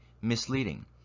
misleading